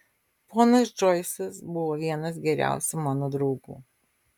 ponas džoisas buvo vienas geriausių mano draugų